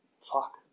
fuck